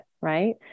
right